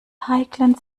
heiklen